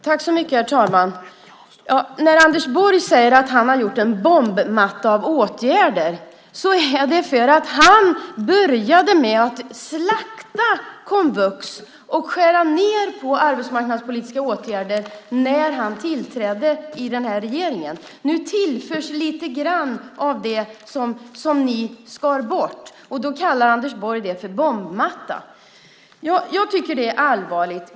Herr talman! När Anders Borg säger att han har gjort en bombmatta av åtgärder är det därför att han började med att slakta komvux och skära ned på arbetsmarknadspolitiska åtgärder när han tillträdde den här regeringen. Nu tillförs lite grann av det som regeringen skar bort, och då kallar Anders Borg det för en bombmatta. Jag tycker att det är allvarligt.